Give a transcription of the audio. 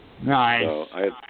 Nice